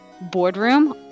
boardroom